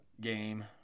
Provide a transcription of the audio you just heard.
game